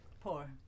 poor